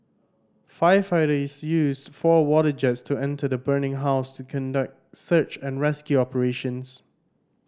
firefighters used four water jets to enter the burning house to conduct search and rescue operations